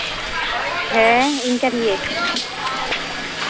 ᱦᱮᱸ ᱤᱧ ᱠᱟᱱ ᱜᱮᱭᱟᱹᱧ